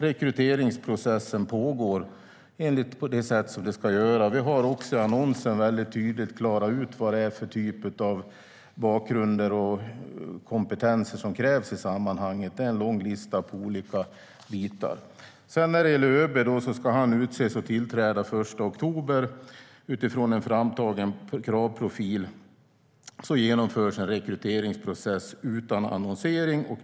Rekryteringsprocessen pågår på det sätt som den ska göra. Vi har också i annonsen tydligt klarat ut vad det är för typ av bakgrunder och kompetenser som krävs. Det är en lång lista. ÖB ska utses och tillträda den 1 oktober. Utifrån en framtagen kravprofil genomförs en rekryteringsprocess utan annonsering.